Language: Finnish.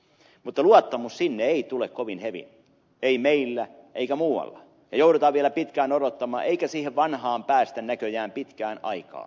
mutta luottamus sinne ei tule kovin hevin ei meillä eikä muualla ja joudutaan vielä pitkään odottamaan eikä siihen vanhaan päästä näköjään pitkään aikaan